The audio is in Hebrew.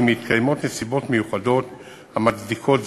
מתקיימות נסיבות מיוחדות המצדיקות זאת,